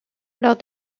lors